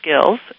skills